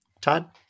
Todd